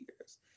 years